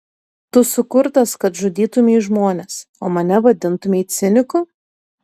tu sukurtas kad žudytumei žmones o mane vadintumei ciniku